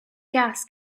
gas